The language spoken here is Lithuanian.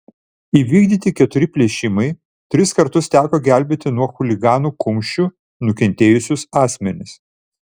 įvykdyti keturi plėšimai tris kartus teko gelbėti nuo chuliganų kumščių nukentėjusius asmenis